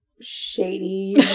shady